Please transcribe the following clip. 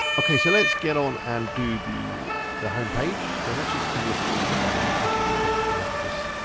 okay, so let's get on and do the the homepage. so let's just have a look at what we've got. i'm um just gonna click the cross to come out of this.